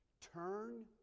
Turn